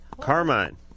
Carmine